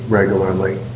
regularly